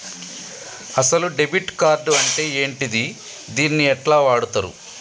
అసలు debit card అంటే ఏంటిది? దీన్ని ఎట్ల వాడుతరు?